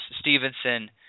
Stevenson